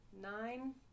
nine